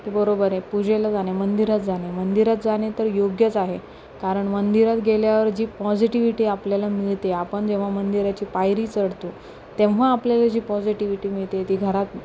ते बरोबर आहे पूजेला जाणे मंदिरात जाणे मंदिरात जाणे तर योग्यच आहे कारण मंदिरात गेल्यावर जी पॉझिटिव्हिटी आपल्याला मिळते आपण जेव्हा मंदिराची पायरी चढतो तेव्हा आपल्याला जी पॉजिटिव्हिटी मिळते ती घरात